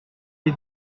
les